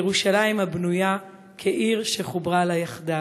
ירושלם הבנויה כעיר שחֻברה לה יחדו.